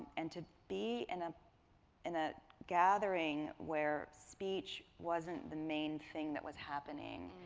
and to be in ah in a gathering where speech wasn't the main thing that was happening,